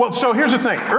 but so here's the thing